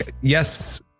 Yes